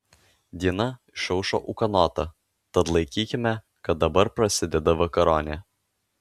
diena išaušo ūkanota tad laikykime kad dabar prasideda vakaronė